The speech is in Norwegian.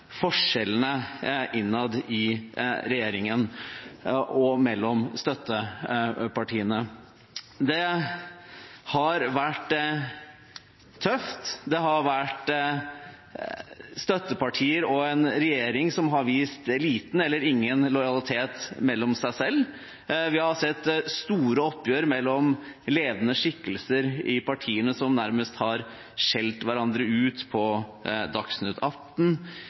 forskjellene innad i regjeringen og mellom støttepartiene. Det har vært tøft. Det har vært støttepartier og en regjering som har vist liten eller ingen lojalitet seg imellom. Vi har sett store oppgjør mellom ledende skikkelser i partiene, som nærmest ha skjelt hverandre ut på